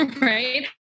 right